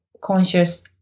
conscious